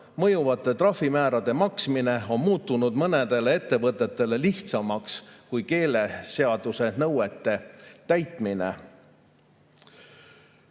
mõjuvate trahvimäärade maksmine on muutunud mõnele ettevõttele lihtsamaks kui keeleseaduse nõuete täitmine.